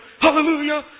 Hallelujah